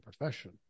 profession